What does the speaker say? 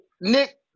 Nick